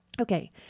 Okay